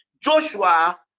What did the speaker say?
Joshua